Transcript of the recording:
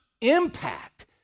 impact